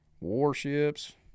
Warships